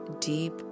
deep